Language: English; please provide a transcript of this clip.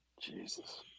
Jesus